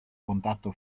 contatto